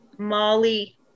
Molly